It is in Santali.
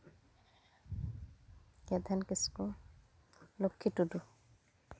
ᱜᱮᱫᱷᱮᱱ ᱠᱤᱥᱠᱩ ᱞᱚᱠᱠᱷᱤ ᱴᱩᱰᱩ